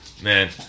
Man